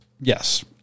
Yes